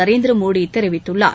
நரேந்திரமோடி தெரிவித்துள்ளார்